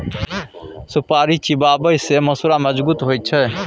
सुपारी चिबाबै सँ मसुरा मजगुत होइ छै